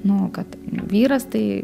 nu kad vyras tai